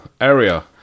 area